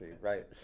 right